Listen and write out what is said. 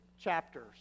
chapters